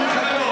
שלי.